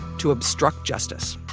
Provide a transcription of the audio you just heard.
to obstruct justice.